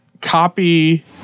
copy